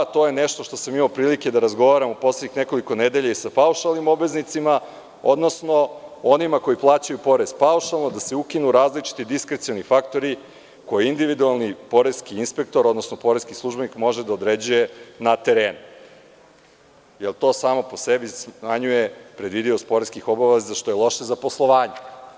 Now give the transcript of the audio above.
To je nešto što sam imao prilike da razgovaram u poslednjih nekoliko nedelja i sa paušalnim obveznicima, odnosno onima koji plaćaju porez paušalno, da se ukinu različiti diskrecioni faktori koje individualni poreski inspektor odnosno poreski službenik može da određuje na terenu, jel to samo po sebi smanjuje predvidivost poreskih obaveza, što je loše za poslovanje.